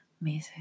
amazing